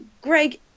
Greg